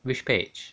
which page